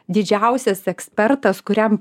didžiausias ekspertas kuriam